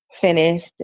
finished